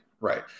Right